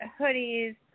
hoodies